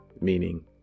meaning